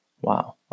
wow